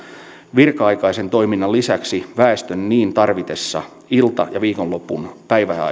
virka aikaisen toiminnan lisäksi väestön niin tarvitessa ilta ja viikonlopun